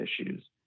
issues